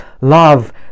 love